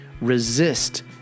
Resist